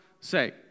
say